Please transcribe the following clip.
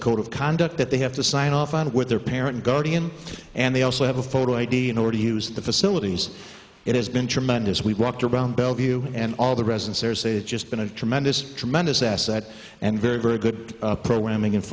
a code of conduct that they have to sign off on with their parent guardian and they also have a photo id and or to use the facilities it has been tremendous we walked around bellevue and all the residents there say it's just been a tremendous tremendous asset and very very good programming